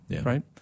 right